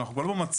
אנחנו כבר לא במצב